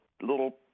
little